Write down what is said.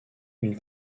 une